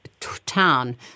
Town